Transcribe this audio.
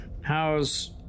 How's